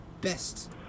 Best